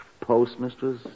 Postmistress